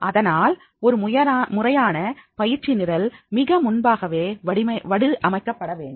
அதனால் ஒரு முறையான பயிற்சி நிரல் மிக முன்பாகவே வடிவமைக்கப்பட வேண்டும்